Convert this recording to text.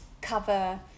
cover